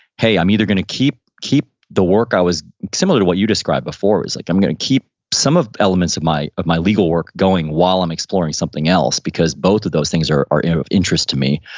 hey, i'm either going to keep keep the work i was, similar to what you described before, like i'm going to keep some of elements of my of my legal work going while i'm exploring something else because both of those things are are and of interest to me,